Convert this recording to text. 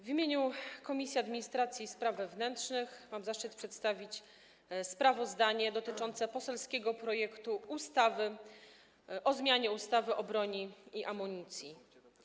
W imieniu Komisji Administracji i Spraw Wewnętrznych mam zaszczyt przedstawić sprawozdanie dotyczące poselskiego projektu ustawy o zmianie ustawy o broni i amunicji.